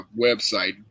website